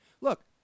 Look